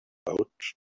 out